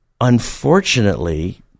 unfortunately